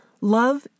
Love